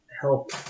help